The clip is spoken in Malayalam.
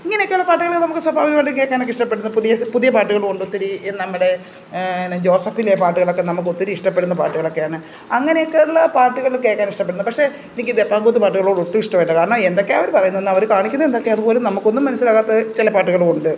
ഇങ്ങനെയൊക്കെയുള്ള പാട്ടുകൾ നമുക്ക് സ്വാഭാവികമായിട്ടും കേൾക്കാനൊക്കെ ഇഷ്ടപ്പെടുന്ന പുതിയ പുതിയ പാട്ടുകളും ഉണ്ട് ഒത്തിരി നമ്മുടെ പിന്നെ ജോസഫിലെ പാട്ടുകളൊക്കെ നമുക്ക് ഒത്തിരി ഇഷ്ടപ്പെടുന്ന പാട്ടുകളൊക്കെയാണ് അങ്ങനെയൊക്കെയുള്ള പാട്ടുകൾ കേൾക്കാൻ ഇഷ്ടപ്പെടുന്നു പക്ഷേ എനിക്ക് ഡപ്പാംകുത്ത് പാട്ടുകളോട് ഒട്ടും ഇഷ്ടം അല്ല കാരണം എന്തൊക്കെയാണ് അവർ പറയുന്നതെന്നും അവർ കാണിക്കുന്നതെന്തൊക്കെയാണെന്നുപോലും നമുക്കൊന്നും മനസ്സിലാകാത്ത ചില പാട്ടുകളും ഉണ്ട്